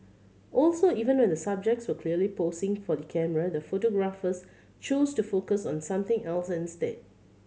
also even when the subjects were clearly posing for the camera the photographers chose to focus on something else instead